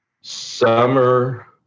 summer